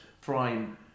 prime